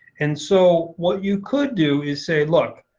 and so what you could do is say, look,